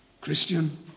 Christian